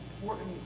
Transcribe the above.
important